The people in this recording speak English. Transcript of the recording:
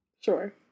Sure